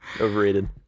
overrated